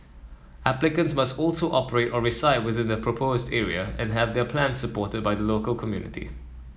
applicants must also operate or reside within the proposed area and have their plans supported by the local community